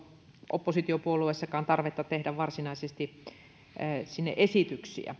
oppositiopuolueissakaan tarvetta tehdä varsinaisesti sinne esityksiä ensin